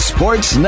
Sports